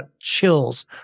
chills